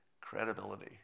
credibility